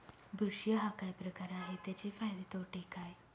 बुरशी हा काय प्रकार आहे, त्याचे फायदे तोटे काय?